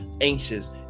anxious